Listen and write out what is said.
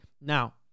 Now